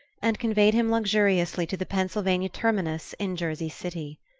and conveyed him luxuriously to the pennsylvania terminus in jersey city.